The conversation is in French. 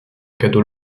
cadeau